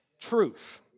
truth